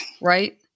Right